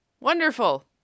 Wonderful